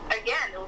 again